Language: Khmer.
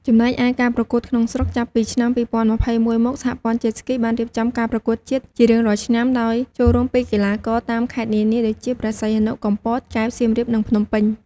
ចំណែកឯការប្រកួតក្នុងស្រុក ចាប់ពីឆ្នាំ ២០២១មក សហព័ន្ធ Jet Ski បានរៀបចំការប្រកួតជាតិជារៀងរាល់ឆ្នាំដោយចូលរួមពីកីឡាករតាមខេត្តនានា ដូចជា ព្រះសីហនុ កំពត កែប សៀមរាប និងភ្នំពេញ។